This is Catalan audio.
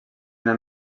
una